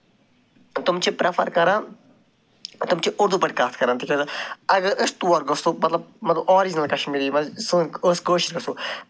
تِم چھِ پرٛٮ۪فر کران تِم چھِ اُردو پٲٹھۍ کَتھ کران تِکیٛازِ اَگر أسۍ تور گژھو مطلب مطلب آرِجنَل کَشمیٖری منٛز سٲنۍ ٲسۍ کٲشِر